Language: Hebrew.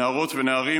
לרשות אדוני עד עשר